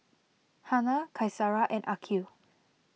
Hana Qaisara and Aqil